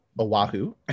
Oahu